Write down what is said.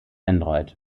android